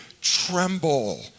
Tremble